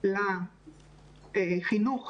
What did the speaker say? לחינוך